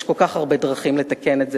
יש כל כך הרבה דרכים לתקן את המצב.